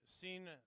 seen